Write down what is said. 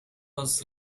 was